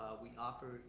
ah we offer,